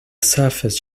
surface